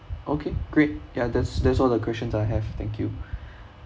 okay great ya that's that's all the questions I have thank you